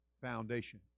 foundation